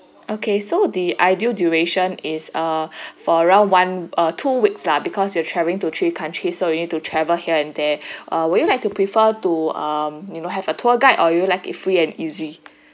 okay so the ideal duration is uh for around one err two weeks lah because you're travelling to three countries so you need to travel here and there err would you like to prefer to um you know have a tour guide or would you like it free and easy